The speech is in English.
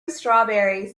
strawberries